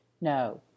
No